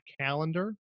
calendar